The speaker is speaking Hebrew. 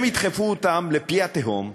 הם ידחפו אותם לפי התהום,